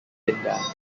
pindar